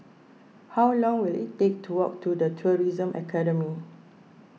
how long will it take to walk to the Tourism Academy